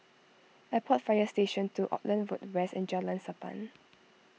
Airport Fire Station two Auckland Road West and Jalan Sappan